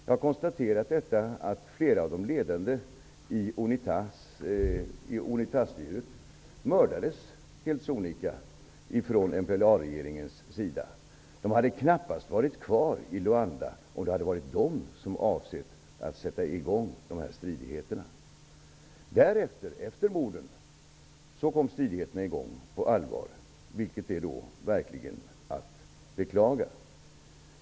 Jag har konstaterat att flera av de ledande i Unitastyret helt sonika mördades på order av MPLA-regeringen. De hade knappast varit kvar i Luanda om det varit de som avsett att sätta i gång stridigheterna. Efter morden kom stridigheterna i gång på allvar, vilket verkligen är att beklaga.